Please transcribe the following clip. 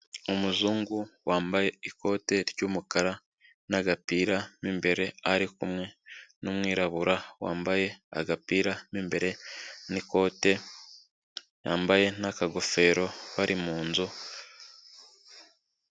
Umuzungu wambaye ikote ry'umukara n'agapira mu imbere, ari kumwe n'umwirabura wambaye agapira mu imbere n'ikote yambaye n'akagofero bari mu nzu.